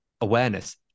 awareness